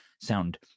sound